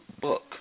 book